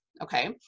okay